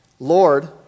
Lord